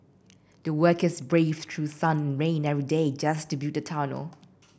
the workers braved through sun and rain every day just to build the tunnel